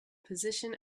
position